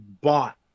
bought